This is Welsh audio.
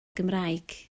gymraeg